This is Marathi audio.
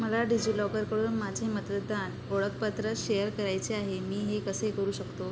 मला डिजिलॉकरकडून माझे मतदान ओळखपत्र शेअर करायचे आहे मी हे कसे करू शकतो